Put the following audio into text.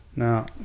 Now